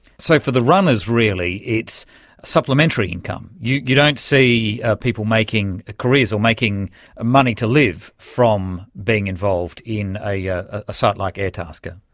so for the runners really it's supplementary income. you you don't see people making careers or making ah money to live from being involved in ah yeah a site like airtasker.